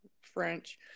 French